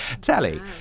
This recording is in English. telly